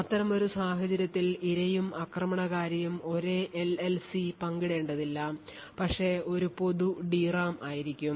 അത്തരമൊരു സാഹചര്യത്തിൽ ഇരയും ആക്രമണകാരിയും ഒരേ എൽഎൽസി പങ്കിടേണ്ടതില്ല പക്ഷേ ഒരു പൊതു DRAM ആയിരിക്കും